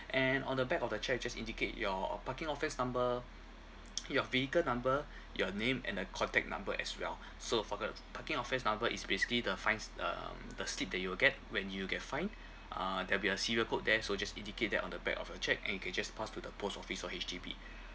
and on the back of the cheque just indicate your parking offence number your vehicle number your name and a contact number as well so for the parking offence number it's basically the fines um the slip that you'll get when you get fined uh there'll be a serial code there so just indicate that on the back of your cheque and you can just pass to the post office or H_D_B